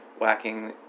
whacking